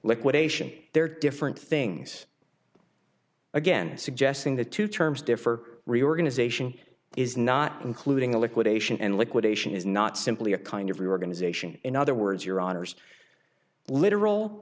liquidation there are different things again suggesting the two terms differ reorganization is not including a liquidation and liquidation is not simply a kind of reorganization in other words your honour's literal